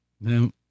no